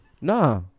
Nah